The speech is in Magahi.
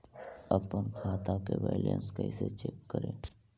अपन खाता के बैलेंस कैसे चेक करे?